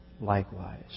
likewise